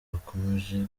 bakomeje